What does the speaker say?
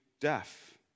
deaf